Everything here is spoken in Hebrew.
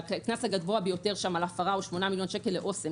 שהקנס הגבוה ביותר על הפרה הוא 8 מיליון שקל לאוסם